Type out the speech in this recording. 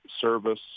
service